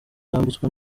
yambitswe